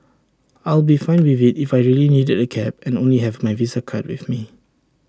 I'll be fine with IT if I really needed A cab and only have my visa card with me